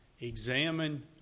examine